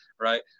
right